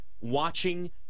watching